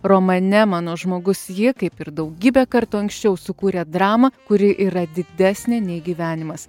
romane mano žmogus jį kaip ir daugybę kartų anksčiau sukūrė dramą kuri yra didesnė nei gyvenimas